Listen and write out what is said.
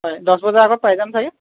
হয় দহ বজাৰ আগত পাই যাম চাগৈ